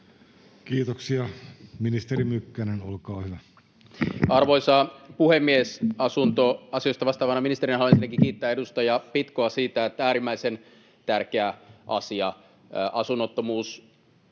Kiitoksia. — Ministeri Mykkänen, olkaa hyvä. Arvoisa puhemies! Asuntoasioista vastaavana ministerinä haluan ensinnäkin kiittää edustaja Pitkoa, äärimmäisen tärkeä asia. Asunnottomuus